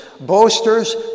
boasters